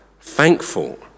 thankful